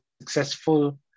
successful